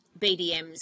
BDMs